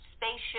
spaceship